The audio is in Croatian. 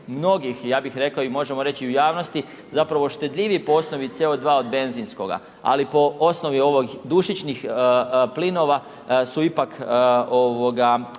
mnogih, ja bi rekao i možemo reći i u javnosti, zapravo štedljiviji po osnovi CO2 od benzinskoga ali po osnovi ovih dušičnih plinova su ipak više